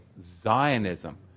Zionism